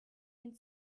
den